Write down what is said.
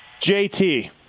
JT